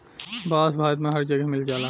बांस भारत में हर जगे मिल जाला